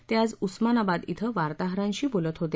ते आज उस्मानाबाद इथं वार्ताहरांशी बोलत होते